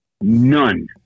None